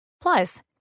Plus